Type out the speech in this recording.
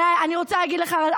ואני רוצה להגיד לך,